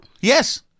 Yes